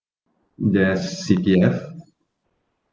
yes C_P_F